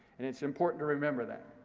and it's important to remember that.